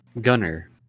Gunner